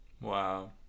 Wow